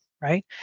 right